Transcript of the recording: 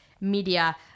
media